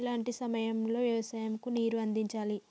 ఎలాంటి సమయం లో వ్యవసాయము కు నీరు అందించాలి?